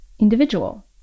individual